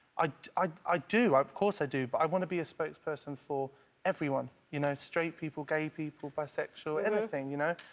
i i do. of course i do. but i want to be a spokesperson for everyone, you know? straight people, gay people, bisexual, anything, you know?